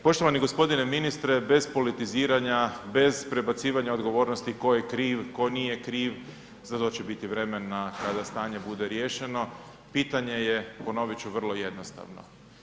Poštovani gospodine ministre, bez politiziranja, bez prebacivanja odgovornosti tko je kriv, tko nije kriv, za to će biti vremena kada stanje bude riješeno, pitanje je ponovit ću vrlo jednostavno.